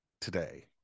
today